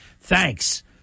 thanks